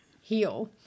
heal